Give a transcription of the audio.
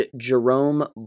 Jerome